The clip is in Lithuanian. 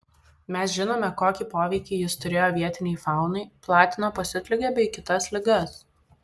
mes žinome kokį poveikį jis turėjo vietinei faunai platino pasiutligę bei kitas ligas